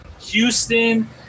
Houston